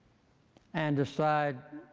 and decide